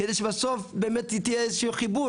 כדי שבסוף באמת יהיה איזשהו חיבור,